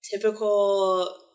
typical